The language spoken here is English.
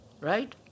Right